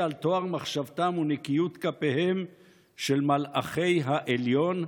על טוהר מחשבתם וניקיון כפיהם של מלאכי העליון?